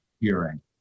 hearing